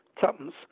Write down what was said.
tuppence